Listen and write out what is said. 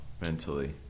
mentally